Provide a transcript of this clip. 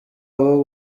abo